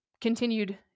continued